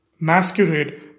masquerade